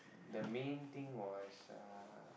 the main thing was uh